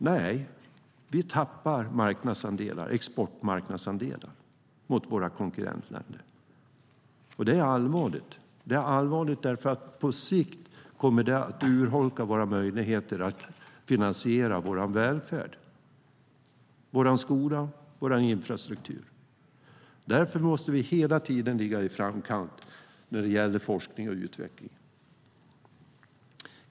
Nej, vi tappar exportmarknadsandelar till våra konkurrenter. Det är allvarligt. Det är allvarligt därför att på sikt kommer det att urholka våra möjligheter att finansiera vår välfärd, vår skola och vår infrastruktur. Därför måste vi hela tiden ligga i framkant när det gäller forskning och utveckling.